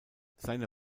seine